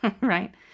right